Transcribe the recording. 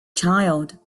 child